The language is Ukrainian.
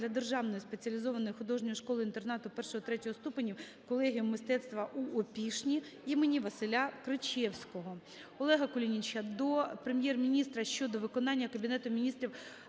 для Державної спеціалізованої художньої школи-інтернату І-ІІІ ступенів "Колегіум мистецтв у Опішні" імені Василя Кричевського. Олега Кулініча до Прем'єр-міністра щодо виконання Кабінетом Міністрів